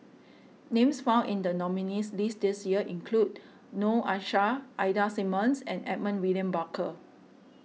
names found in the nominees list this year include Noor Aishah Ida Simmons and Edmund William Barker